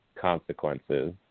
consequences